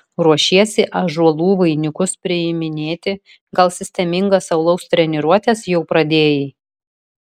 ruošiesi ąžuolų vainikus priiminėti gal sistemingas alaus treniruotes jau pradėjai